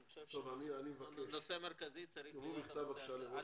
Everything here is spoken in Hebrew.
אני חושב שנושא מרכזי צריך להיות הנושא הזה.